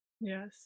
yes